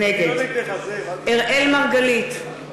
נגד אראל מרגלית,